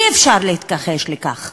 אי-אפשר להתכחש לכך,